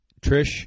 Trish